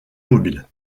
mobile